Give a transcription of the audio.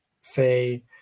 say